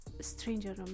stranger